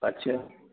अच्छा